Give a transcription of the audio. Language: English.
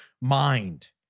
mind